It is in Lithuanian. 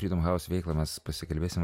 ir apie freedom house veiklą mes pasikalbėsime